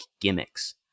gimmicks